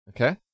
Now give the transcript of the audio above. Okay